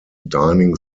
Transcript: dining